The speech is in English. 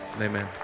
Amen